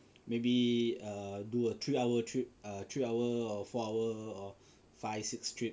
maybe err do a three hour trip err three hour or four hour or five six trips